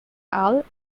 hall